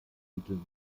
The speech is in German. titeln